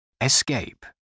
Escape